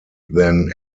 than